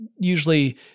usually